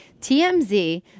TMZ